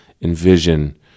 envision